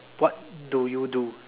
what do you do